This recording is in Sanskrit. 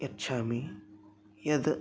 यच्छामि यद्